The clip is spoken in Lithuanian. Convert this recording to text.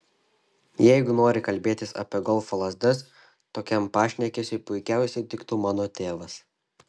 jeigu nori kalbėtis apie golfo lazdas tokiam pašnekesiui puikiausiai tiktų mano tėvas